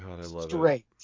straight